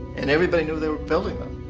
and everybody knew they were building them.